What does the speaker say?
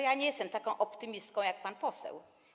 Ja nie jestem taką optymistką, jak pan poseł.